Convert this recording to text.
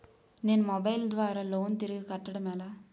నేను మొబైల్ ద్వారా లోన్ తిరిగి కట్టడం ఎలా?